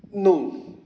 no